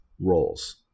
roles